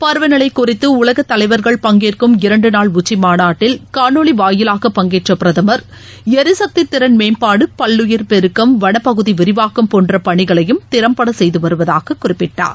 பருவநிலைகுறித்துஉலகதலைவர்கள் பங்கேற்கும் இரண்டுநாள் காணொலிவாயிலாக பங்கேற்றபிரதமர் எரிசக்திதிறன் மேம்பாடு பல்லுயிர் பெருக்கம் வளப்பகுதிவிரிவாக்கம் போன்றபணிகளையும் திறம்படசெய்துவருவதாககுறிப்பிட்டார்